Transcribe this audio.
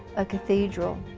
a cathedral